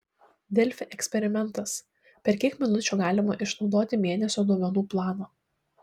delfi eksperimentas per kiek minučių galima išnaudoti mėnesio duomenų planą